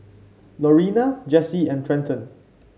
Lorena Jessi and Trenton